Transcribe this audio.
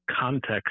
context